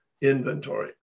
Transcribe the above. inventory